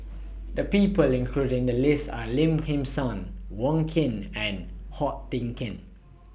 The People included in The list Are Lim Kim San Wong Keen and Ko Teck Kin